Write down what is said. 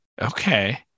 Okay